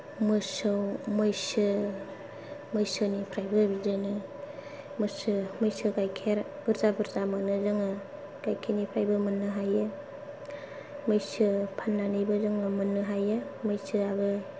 मोसौ मैसो मैसोनिफ्रायबो बिदिनो मैसो मैसो गाइखेर बुरजा बुरजा मोनो जोङो गाइखेरनिफ्रायबो मोननो हायो मैसो फाननानैबो जोङो मोननो हायो मैसोआबो